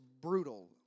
brutal